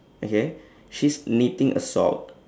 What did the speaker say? okay she's knitting a sock